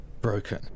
broken